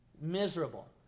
Miserable